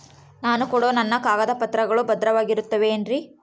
ನಾನು ಕೊಡೋ ನನ್ನ ಕಾಗದ ಪತ್ರಗಳು ಭದ್ರವಾಗಿರುತ್ತವೆ ಏನ್ರಿ?